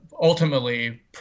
ultimately